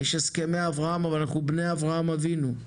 יש הסכמי אברהם אבל אנחנו בני אברהם אבינו.